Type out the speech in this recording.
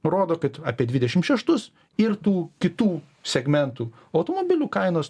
rodo kad apie dvidešimt šeštus ir tų kitų segmentų automobilių kainos